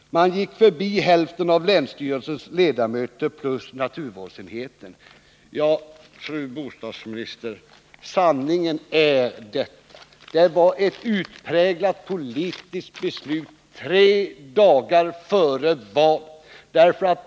Man gick förbi hälften av länsstyrelsens ledamöter plus naturvårdsenheten.” Fru bostadsminister! Sanningen är denna: Det var ett utpräglat politiskt beslut tre dagar före valet.